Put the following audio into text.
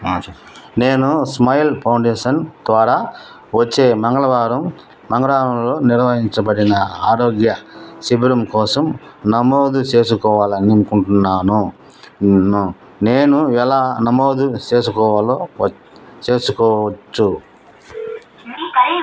ఆ చెప్పు నేను స్మైల్ పౌండేషన్ ద్వారా వచ్చే మంగళవారం మంగళవారంలో నిర్వహించబడిన ఆరోగ్య శిబిరం కోసం నమోదు చేసుకోవాలి అనుకుంటున్నాను నేను ఎలా నమోదు చేసుకోవాలో వ చేసుకోవచ్చు